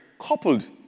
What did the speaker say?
coupled